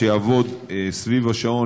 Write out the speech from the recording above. שיעבוד סביב השעון,